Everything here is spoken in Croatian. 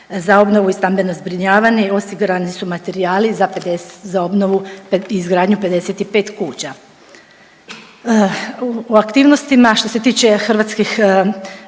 Za obnovu i stambeno zbrinjavanje osigurani su materijali za obnovu i izgradnju 55 kuća. U aktivnostima što se tiče hrvatskih